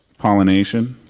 pollination